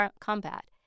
combat